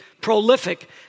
prolific